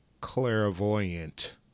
clairvoyant